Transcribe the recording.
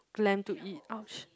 glam to eat !ouch!